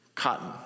cotton